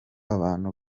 abantu